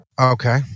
Okay